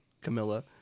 Camilla